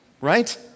right